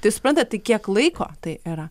tai suprantat tai kiek laiko tai yra